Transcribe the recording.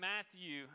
Matthew